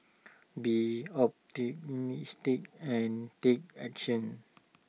be optimistic and take action